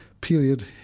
period